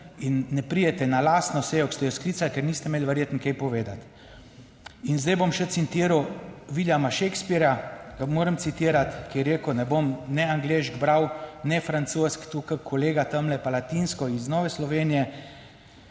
in ne pridete na lastno sejo, ki ste jo sklicali, ker niste imeli verjetno kaj povedati. In zdaj bom še citiral Willian Shakespeare, ga moram citirati, ki je rekel, ne bom ne angleško bral ne francosko, tako kot kolega tamle, pa latinsko iz Nove Slovenije,